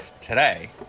today